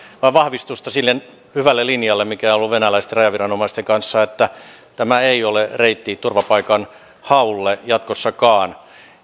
vain vahvistusta sille hyvälle linjalle mikä on ollut venäläisten rajaviranomaisten kanssa että tämä ei ole reitti turvapaikanhaulle jatkossakaan